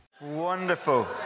Wonderful